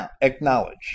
acknowledge